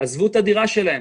עזבו את הדירה שלהם.